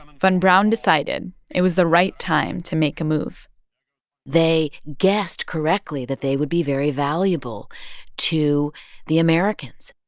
von braun decided it was the right time to make a move they guessed correctly that they would be very valuable to the americans.